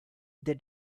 they